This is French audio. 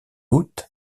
août